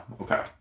okay